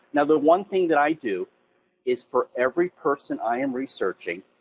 and the one thing that i do is for every person i am researching,